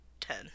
ten